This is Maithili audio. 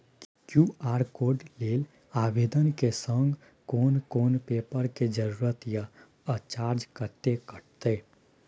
क्यू.आर कोड लेल आवेदन के संग कोन कोन पेपर के जरूरत इ आ चार्ज कत्ते कटते?